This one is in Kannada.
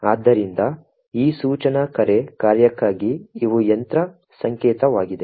ಆದ್ದರಿಂದ ಈ ಸೂಚನಾ ಕರೆ ಕಾರ್ಯಕ್ಕಾಗಿ ಇವು ಯಂತ್ರ ಸಂಕೇತವಾಗಿದೆ